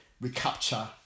recapture